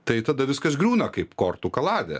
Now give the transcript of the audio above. tai tada viskas griūna kaip kortų kaladė